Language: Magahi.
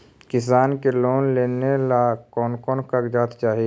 किसान के लोन लेने ला कोन कोन कागजात चाही?